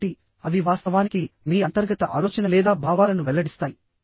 కాబట్టిఅవి వాస్తవానికి మీ అంతర్గత ఆలోచన లేదా భావాలను వెల్లడిస్తాయి